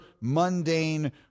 mundane